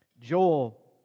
Joel